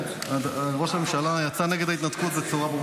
ראש הממשלה יצא נגד ההתנתקות בצורה ברורה,